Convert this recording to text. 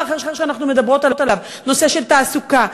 אחר שאנחנו מדברות עליו: נושא של תעסוקה,